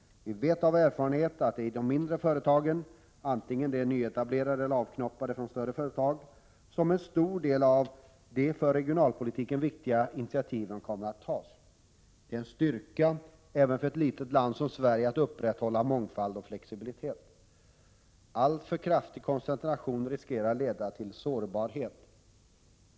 Vi vet av erfarenhet att det är i de mindre företagen — vare sig de är nyetablerade eller ”avknoppade” från större företag — som en stor del av de för regionalpolitiken viktiga initiativen kommer att tas. Det är en styrka även för ett litet land som Sverige att upprätthålla mångfald och flexibilitet. Alltför kraftig koncentration riskerar att leda till sårbarhet.